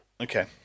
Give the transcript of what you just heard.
Okay